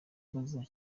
mbaza